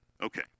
Okay